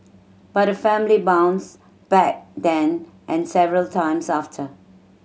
but the family bounced back then and several times after